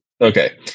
okay